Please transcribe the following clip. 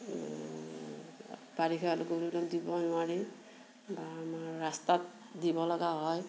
বাৰিষাত গৰু চৰু দিব নোৱাৰি বা আমাৰ ৰাস্তাত দিব লগা হয়